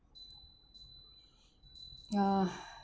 ya